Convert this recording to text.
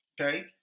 Okay